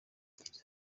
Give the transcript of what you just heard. gereza